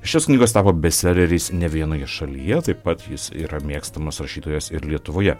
šios knygos tapo bestseleriais ne vienoje šalyje taip pat jis yra mėgstamas rašytojas ir lietuvoje